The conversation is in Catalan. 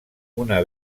una